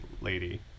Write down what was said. lady